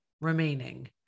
remaining